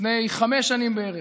לפני חמש שנים בערך,